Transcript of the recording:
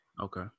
okay